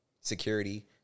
security